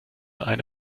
eine